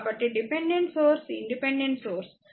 కాబట్టి dependent source independent source